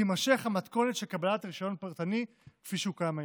תימשך המתכונת של קבלת רישיון פרטני כפי שהוא קיים היום,